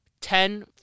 ten